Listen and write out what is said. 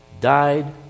died